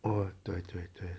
哦对对对